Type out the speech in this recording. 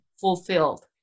fulfilled